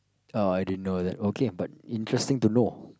uh I didn't know that okay but interesting to know